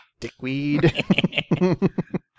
dickweed